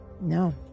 No